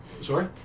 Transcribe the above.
Sorry